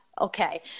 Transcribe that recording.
okay